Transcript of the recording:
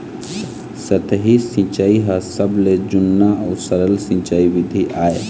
सतही सिंचई ह सबले जुन्ना अउ सरल सिंचई बिधि आय